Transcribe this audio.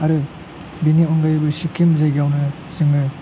आरो बेनि अनगायैबो सिक्किम जायगायावनो जोङो